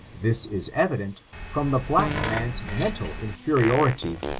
this is evident from the black man's mental inferiority,